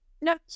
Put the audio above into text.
No